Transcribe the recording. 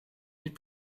niet